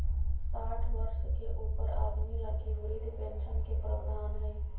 साठ वर्ष के ऊपर आदमी लगी वृद्ध पेंशन के प्रवधान हइ